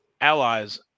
allies